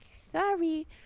sorry